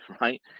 right